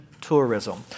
tourism